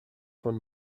von